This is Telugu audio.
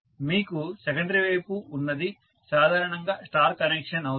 మీకు సెకండరీ వైపు ఉన్నది సాధారణంగా స్టార్ కనెక్షన్ అవుతుంది